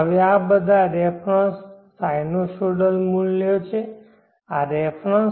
હવે આ બધા રેફરન્સ સાઇનોસોડલ મૂલ્યો છે આ રેફરન્સ